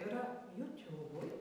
yra jiutiūbui